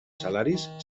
salaris